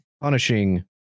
punishing